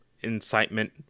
incitement